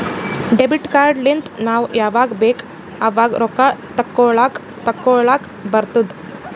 debit card ಲಿಂತ್ ನಾವ್ ಯಾವಾಗ್ ಬೇಕ್ ಆವಾಗ್ ರೊಕ್ಕಾ ತೆಕ್ಕೋಲಾಕ್ ತೇಕೊಲಾಕ್ ಬರ್ತುದ್